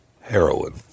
heroin